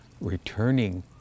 returning